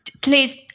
Please